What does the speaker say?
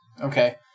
okay